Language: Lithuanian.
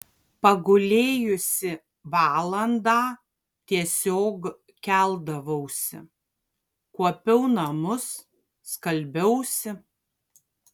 pagulėjusi valandą tiesiog keldavausi kuopiau namus skalbiausi